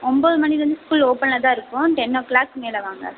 ஒம்போது மணிலேருந்து ஸ்கூல் ஓப்பனில் தான் இருக்கும் டென் ஓ கிளாக் மேலே வாங்க